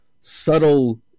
subtle